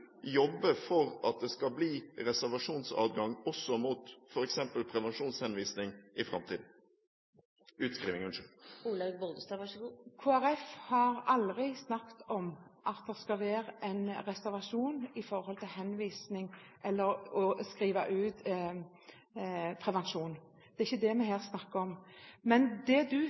for at det skal bli reservasjonsadgang også for f.eks. prevensjonsutskriving i framtiden? Kristelig Folkeparti har aldri snakket om at det skal være reservasjonsadgang for utskriving av prevensjon. Det er ikke det vi snakker om her. Men det representanten helt sikkert viser til, er